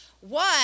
One